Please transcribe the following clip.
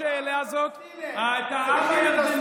את העם הירדני,